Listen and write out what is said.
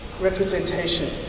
representation